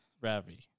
Ravi